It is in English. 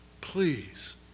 please